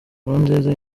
nkurunziza